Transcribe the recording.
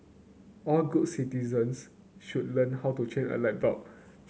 all good citizens should learn how to change a light bulb